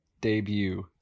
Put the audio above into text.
debut